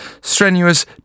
strenuous